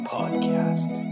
Podcast